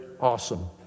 awesome